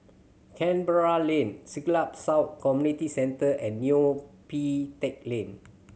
Canberra Lane Siglap South Community Centre and Neo Pee Teck Lane